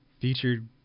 featured